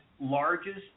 largest